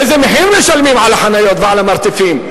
ואיזה מחיר משלמים על החניות ועל המרתפים.